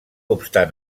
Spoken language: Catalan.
obstant